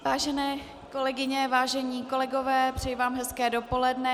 Vážené kolegyně, vážení kolegové, přeji vám hezké dopoledne.